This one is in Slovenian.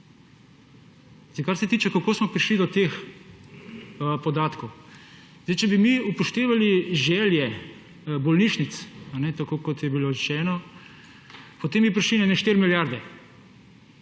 Kar se tiče tega, kako smo prišli do teh podatkov. Če bi mi upoštevali želje bolnišnic, tako kot je bilo rečeno, potem bi prišli na okoli 4 milijarde,